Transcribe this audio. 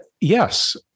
yes